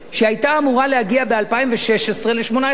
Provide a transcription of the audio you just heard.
שהיתה אמורה להגיע ב-2016 ל-18%.